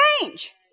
change